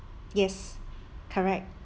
yes correct